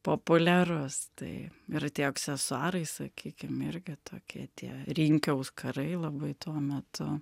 populiarus tai ir tie aksesuarai sakykim irgi tokie tie rinkių auskarai labai tuo metu